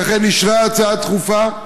שאכן אישרה הצעה דחופה,